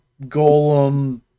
golem